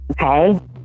okay